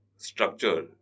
structure